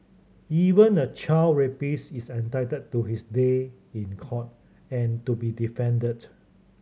even a child rapist is entitled to his day in court and to be defended